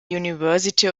university